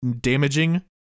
damaging